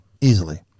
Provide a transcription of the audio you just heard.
Easily